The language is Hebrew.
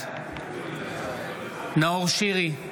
בעד נאור שירי,